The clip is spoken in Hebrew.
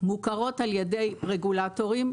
מוכרו על ידי רגולטורים,